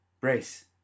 Brace